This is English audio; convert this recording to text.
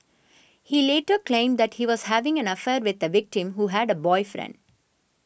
he later claimed that he was having an affair with the victim who had a boyfriend